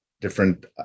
different